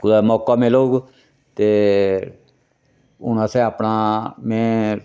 दे कुतै मौका मिलग ते हून असें अपना में